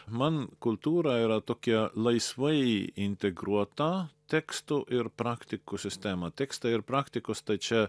man kultūra yra tokia laisvai integruota tekstų ir praktikų sistema tekstai ir praktikos tad čia